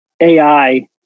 AI